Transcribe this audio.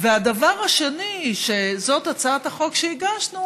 והדבר השני, שזאת הצעת החוק שהגשנו,